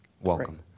Welcome